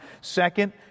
Second